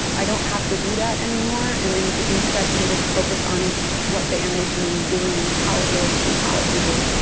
i don't have to do that anymore and and instead, can just focus on what the animation is doing and how it lives and how it behaves